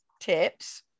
tips